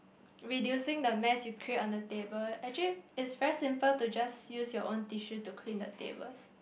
reducing the mess you create on the table actually it's very simple to just use your own tissue to clean the tables